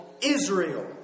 Israel